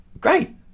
great